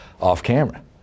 off-camera